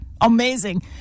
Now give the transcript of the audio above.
amazing